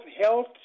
health